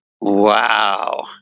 wow